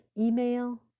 email